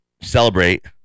Celebrate